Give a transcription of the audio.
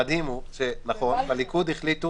נכון, בליכוד החליטו